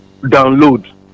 download